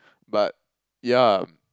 but yeah